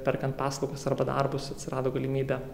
perkant paslaugas arba darbus atsirado galimybė